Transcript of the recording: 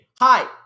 Hi